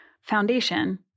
foundation